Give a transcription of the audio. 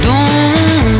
Dont